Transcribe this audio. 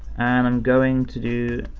and i'm going to do,